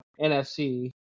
NFC